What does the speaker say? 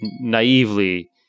naively